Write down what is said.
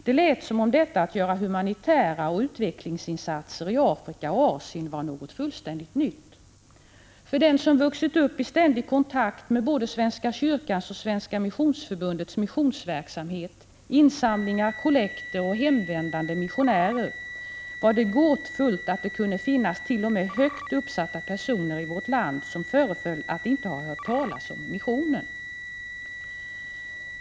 Det lät som om detta att göra humanitära insatser och utvecklingsinsatser i Afrika och Asien var något fullständigt nytt. För den som vuxit upp i ständig kontakt med både svenska kyrkans och Svenska missionsförbundets missionsverksamhet, insamlingar, kollekter och hemvändande missionärer, var det gåtfullt att det kunde finnas t.o.m. högt uppsatta personer i vårt land som föreföll att inte ha hört talas om missionen!